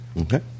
Okay